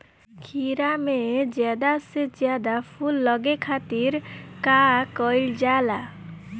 खीरा मे ज्यादा से ज्यादा फूल लगे खातीर का कईल जाला?